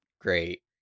great